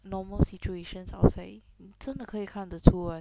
normal situations outside 你真的可以看得出 [one]